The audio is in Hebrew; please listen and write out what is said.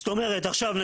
זאת אומרת,